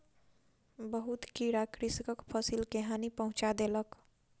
बहुत कीड़ा कृषकक फसिल के हानि पहुँचा देलक